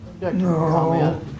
No